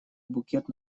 букет